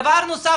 דבר נוסף,